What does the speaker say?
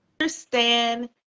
Understand